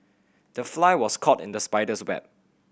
the fly was caught in the spider's web